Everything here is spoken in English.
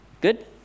Good